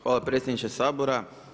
Hvala predsjedniče Sabora.